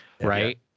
Right